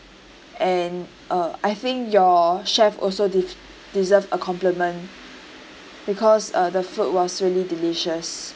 and uh I think your chef also de~ deserve a compliment because uh the food was really delicious